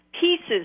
pieces